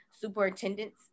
superintendents